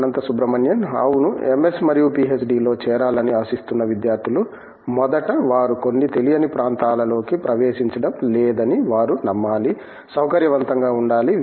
అనంత సుబ్రమణియన్ అవును ఎంఎస్ మరియు పిహెచ్డిలో చేరాలని ఆశిస్తున్న విద్యార్థులు మొదట వారు కొన్ని తెలియని ప్రాంతాలలోకి ప్రవేశించడం లేదని వారు నమ్మాలి సౌకర్యవంతంగా ఉండాలి